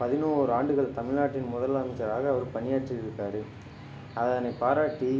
பதினோறு ஆண்டுகள் தமிழ்நாட்டின் முதலமைச்சராக அவருப் பணியாற்றி இருக்கார் அதனைப் பாராட்டி